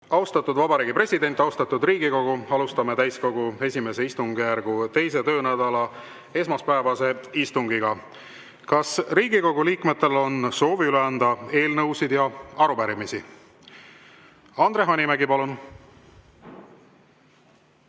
Austatud Vabariigi President! Austatud Riigikogu! Alustame täiskogu I istungjärgu 2. töönädala esmaspäevast istungit. Kas Riigikogu liikmetel on soov üle anda eelnõusid ja arupärimisi? Andre Hanimägi, palun!